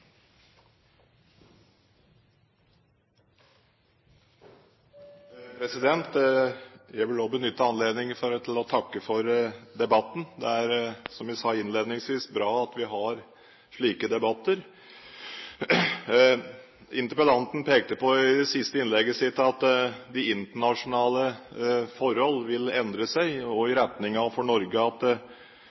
som jeg sa innledningsvis – bra at vi har slike debatter. Interpellanten pekte på i det siste innlegget sitt at de internasjonale forholdene vil endre seg, for Norge i retning av at vi må regne med å møte sterkere konkurranse der ute. Det er det ene bildet. Det andre bildet er at